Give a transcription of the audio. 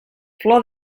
flor